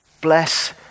bless